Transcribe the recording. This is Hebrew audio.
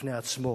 בפני עצמו